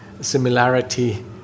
similarity